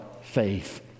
faith